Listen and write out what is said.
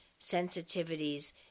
sensitivities